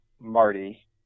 Marty